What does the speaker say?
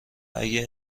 اگه